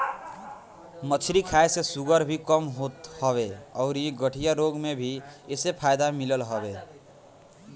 मछरी खाए से शुगर भी कम होत हवे अउरी गठिया रोग में भी एसे फायदा मिलत हवे